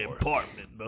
Apartment